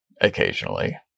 Occasionally